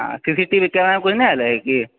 C C T V camera मे किछु नहि एलै हँ कि